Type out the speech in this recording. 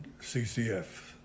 CCF